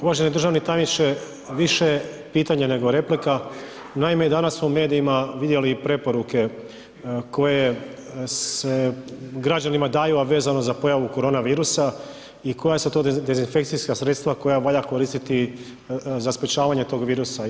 Uvaženi državni tajniče, više pitanje nego replika, naime i danas smo u medijima vidjeli preporuke koje se građanima daju, a vezano za pojavu koronavirusa i koja su to dezinfekcijska sredstva koja valja koristiti za sprječavanje tog virusa.